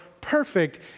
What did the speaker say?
perfect